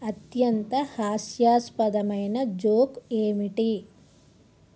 అత్యంత హాస్యాస్పదమైన జోక్ ఏమిటి